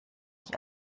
ich